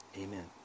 Amen